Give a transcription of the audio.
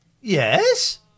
Yes